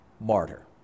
martyr